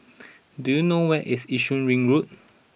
do you know where is Yishun Ring Road